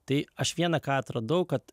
tai aš viena ką atradau kad